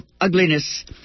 ugliness